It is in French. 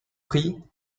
prix